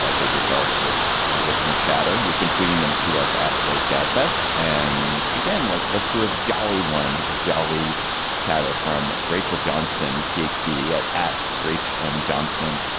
did yourselves with your listener chatter you've been tweeting them to us at slate gabfest. and again, like, let's do it. jolly one, a jolly chatter from rachel johnston p h d at at reach m. johnston.